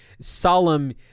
solemn